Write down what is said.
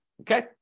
Okay